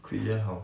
quit 也好